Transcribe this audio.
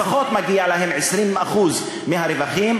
לפחות מגיעים להם 20% מהרווחים.